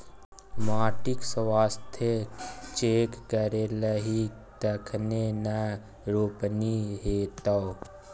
माटिक स्वास्थ्य चेक करेलही तखने न रोपनी हेतौ